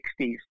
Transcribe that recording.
1960s